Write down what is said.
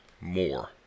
more